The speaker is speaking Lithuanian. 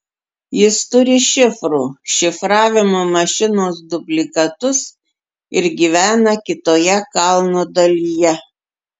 jis turi šifrų šifravimo mašinos dublikatus ir gyvena kitoje kalno dalyje